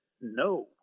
no